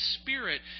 Spirit